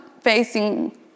facing